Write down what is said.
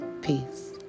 Peace